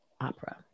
opera